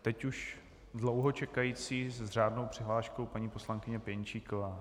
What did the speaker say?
Teď už dlouho čekající s řádnou přihláškou paní poslankyně Pěnčíková.